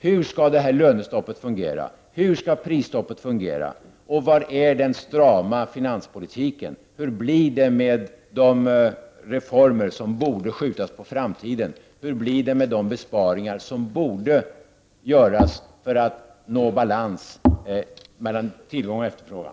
Hur skall lönestoppet fungera? Hur skall prisstoppet fungera? Och var är den strama finanspolitiken? Hur blir det med de reformer som borde skjutas på framtiden? Hur blir det med de besparingar som borde göras för att nå balans mellan tillgång och efterfrågan?